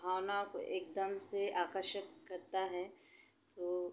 भावनाओं को एकदम से आकर्षित करता है तो